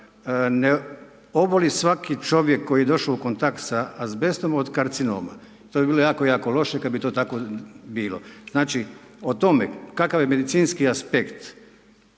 ne oboli svaki čovjek koji je došao u kontakt sa azbestom od karcinoma, to bi bilo jako jako loše kad bi to tako bilo. Znači o tome kakav je medicinski aspekt